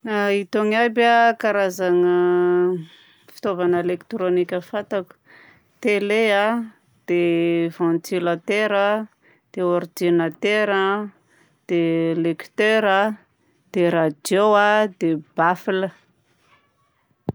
Itony aby a karazagna fitaovagna elektrônika fantako: télé a, dia ventilatera, dia ordinatera, dia lektera a, dia radio a, dia baffle.